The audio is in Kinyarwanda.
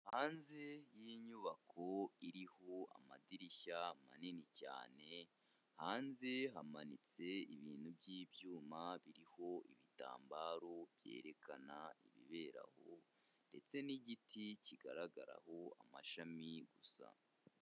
Hanze y'inyubako iriho amadirishya manini cyane, hanze hamanitse ibintu by'ibyuma biriho ibitambaro byerekana ibibera aho, ndetse n'igiti kigaragaraho amashami gusa.